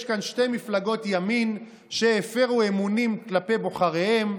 יש כאן שתי מפלגות ימין שהפרו אמונים כלפי בוחריהם,